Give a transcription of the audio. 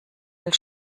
will